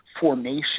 formation